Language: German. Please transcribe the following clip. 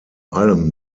allem